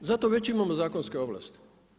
Za to već imamo zakonske ovlasti.